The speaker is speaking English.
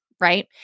right